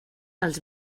els